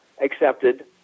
accepted